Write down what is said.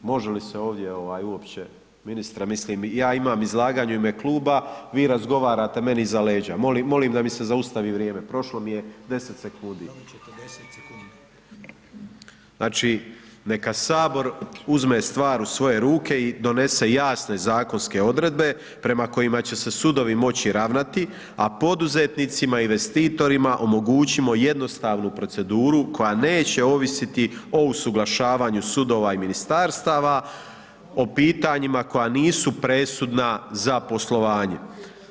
Može li se ovaj uopće, ministre mislim ja imam izlaganje u ime kluba, vi razgovarate meni iza leđa, molim da mi se zaustavi vrijeme, prošlo mi je 10 sekundi [[Upadica: Dobit ćete 10 sekundi.]] Znači, neka sabor uzme sabor stvar u svoje ruke i donese jasne zakonske odredbe prema kojima će se sudovi moći ravnati, a poduzetnicima, investitorima omogućimo jednostavnu proceduru koja neće ovisiti o usuglašavanju sudova i ministarstava o pitanjima koja nisu presudna za poslovanje.